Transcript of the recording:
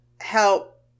help